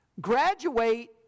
graduate